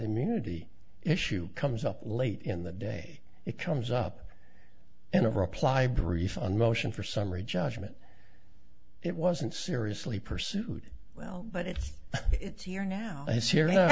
immunity issue comes up late in the day it comes up in a reply brief on motion for summary judgment it wasn't seriously pursued well but if it's here now is here now